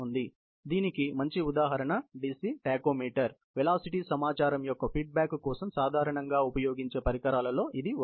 కాబట్టి దీనికి మంచి ఉదాహరణ DC టాకోమీటర్ వెలాసిటీ సమాచారం యొక్క ఫీడ్బ్యాక్ కోసం సాధారణంగా ఉపయోగించే పరికరాల్లో ఇది ఒకటి